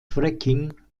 fracking